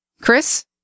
Chris